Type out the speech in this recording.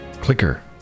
Clicker